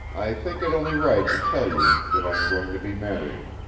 i think it only right to tell you that i am going to be married.